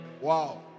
wow